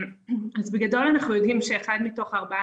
אז בגדול אנחנו יודעים שאחד מתוך ארבעה